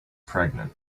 pregnant